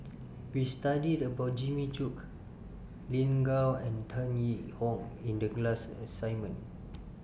We studied about Jimmy Chok Lin Gao and Tan Yee Hong in The class assignment